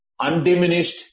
undiminished